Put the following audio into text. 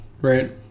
right